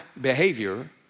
behavior